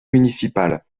municipal